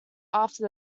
after